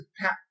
pat